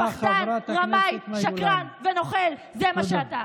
פחדן, רמאי, שקרן ונוכל, זה מה שאתה.